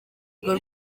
urwo